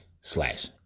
slash